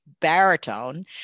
baritone